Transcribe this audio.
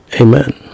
amen